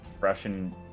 russian